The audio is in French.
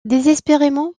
désespérément